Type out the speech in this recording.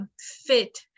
fit